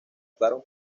optaron